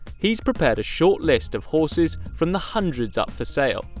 he's prepared a short list of horses from the hundreds up for sale,